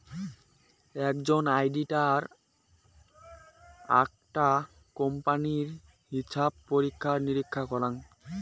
আকজন auditor আকটা কোম্পানির হিছাব পরীক্ষা নিরীক্ষা করাং